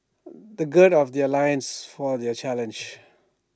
they gird of their loins for their challenge